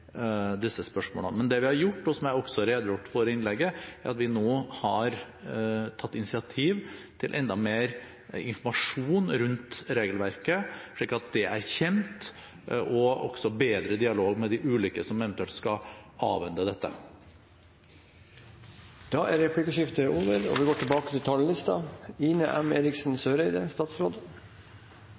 disse spørsmålene. Men det vi har gjort, og som jeg også redegjorde for i innlegget, er at vi nå har tatt initiativ til enda mer informasjon rundt regelverket, slik at det er kjent, og også til en bedre dialog med de ulike som eventuelt skal avhende dette. Replikkordskiftet er over. Først vil jeg få rette en takk til